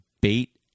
bait